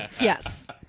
Yes